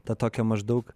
tą tokią maždaug